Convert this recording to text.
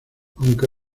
aunque